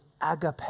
agape